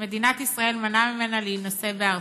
שמדינת ישראל מנעה ממנה להינשא בארצה.